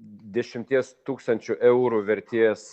dešimties tūkstančių eurų vertės